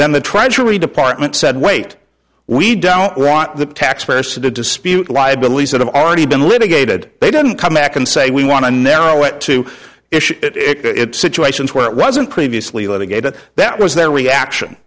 then the treasury department said wait we don't want the taxpayers to dispute liabilities that have already been litigated they don't come back and say we want to narrow it to issue it situations where it wasn't previously litigated that was their reaction